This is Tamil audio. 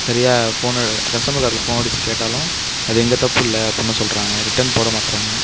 சரியாக ஃபோனை கஸ்ட்டமர் காருக்கு ஃபோன் அடிச்சு கேட்டாலும் அது எங்கள் தப்பில்லை அப்பட்ன சொல்லுறாங்க ரிட்டன் போட மாட்டுறாங்க